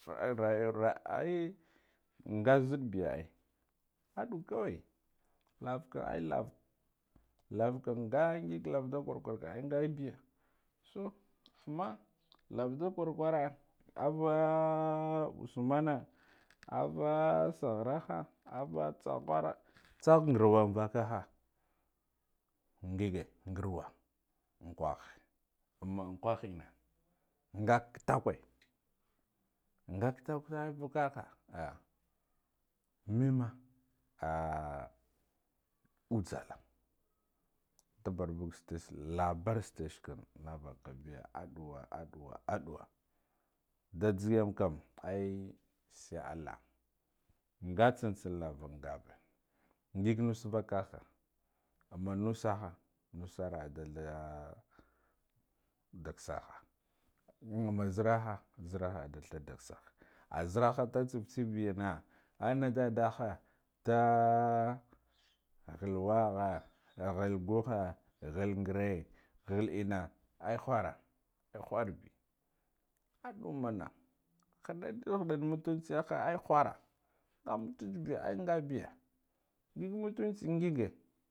khu ai ranyi raai nga nziddi biya ai, aduwa kawai lavakam ai lava lavakam nga ngig lava da kwar kwar kam ngabiya su, usman lava ndo kwar kwara ava usmane ava sakharaha, ava tsakharo tsava ngarwa anvajaga ngige ngarwa ankwake amman unkwahe enna nga kitakwe nga kitakwe tsa an vakah ah, menmah ah uzella nda barbuga station labar setation kam naha baka biya aduwa aduwa aduwa nda zeyomkam ai sai allah nga tsan tsan lava ngage ngig nas vakaha amma pusaha nusara adalah dag saha dag saha ah beraha nda tsif stsibiyana anne daddah nda khal wakha khal guhe. Khal ngiri khal enna ai khara khur be adu mana khudardi khadda mutunci kam ai kharra nga mutunci biya ngig mutunci ngige.